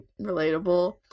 relatable